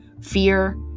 fear